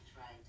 right